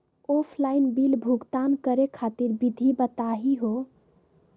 Offline bill भुगतान करे खातिर विधि बताही हो?